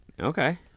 Okay